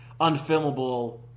Unfilmable